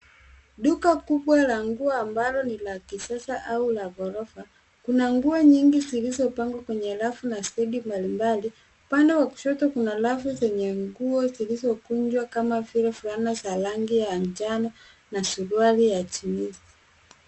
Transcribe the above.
Duka kubwa la nguo ambalo ni la kisasa au la gorofa, kuna nguo nyingi zilizopangwa kwenye rafu na stendi mbalimbali. Pande wa kushoto kuna rafu zenye nguo zilizokunjwa kama vile flana za rangi ya njano na suruali ya jeans[ cs].